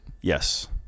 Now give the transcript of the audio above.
Yes